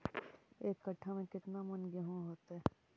एक कट्ठा में केतना मन गेहूं होतै?